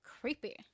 creepy